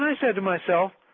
ah said to myself,